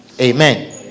amen